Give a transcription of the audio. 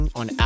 on